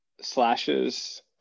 slashes